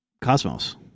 cosmos